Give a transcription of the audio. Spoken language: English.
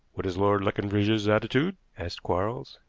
what is lord leconbridge's attitude? asked quarles.